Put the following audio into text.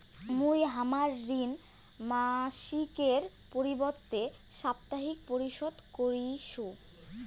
মুই হামার ঋণ মাসিকের পরিবর্তে সাপ্তাহিক পরিশোধ করিসু